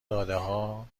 دادهها